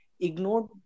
ignored